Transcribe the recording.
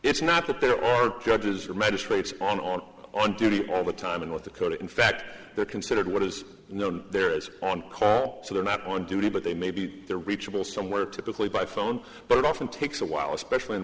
it's not that there are judges or magistrates on on on duty all the time in north dakota in fact they're considered what is known there as on so they're not on duty but they may be there reachable somewhere typically by phone but it often takes a while especially in